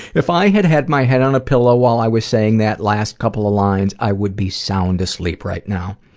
if i had had my head on a pillow while i was saying that last couple of lines, i would be sound asleep right now.